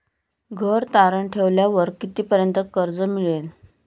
घर तारण ठेवल्यावर कितीपर्यंत कर्ज मिळेल?